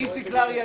איציק לארי,